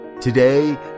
Today